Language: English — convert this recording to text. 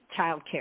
childcare